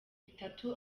bitatu